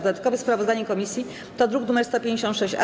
Dodatkowe sprawozdanie komisji to druk nr 156-A.